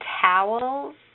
towels